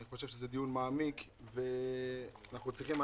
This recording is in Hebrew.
אני חושב שזה דיון מעמיק ואנחנו צריכים,